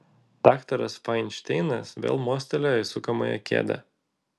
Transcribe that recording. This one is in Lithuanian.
daktaras fainšteinas vėl mostelėjo į sukamąją kėdę